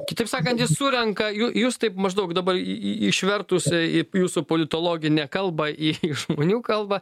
kitaip sakant jis surenka jū jūs taip maždaug dabar į į išvertus į į jūsų politologinę kalbą į žmonių kalbą